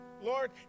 Lord